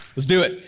let's do it.